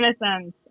innocence